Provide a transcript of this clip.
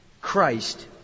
Christ